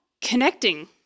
Connecting